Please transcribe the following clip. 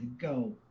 go